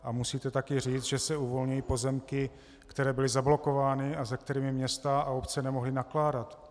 A musíte taky říct, že se uvolňují pozemky, které byly zablokovány a se kterými města a obce nemohly nakládat.